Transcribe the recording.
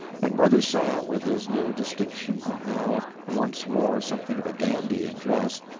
and brother sam, with his new distinction and now once more something of a dandy in dress,